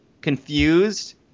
confused